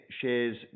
shares